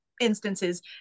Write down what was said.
instances